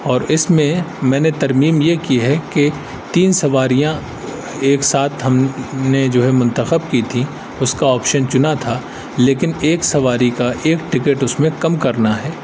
اور اس میں میں نے ترمیم یہ کی ہے کہ تین سواریاں ایک ساتھ ہم نے جو ہے منتخب کی تھیں اس کا آپشن چنا تھا لیکن ایک سواری کا ایک ٹکٹ اس میں کم کرنا ہے